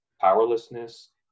powerlessness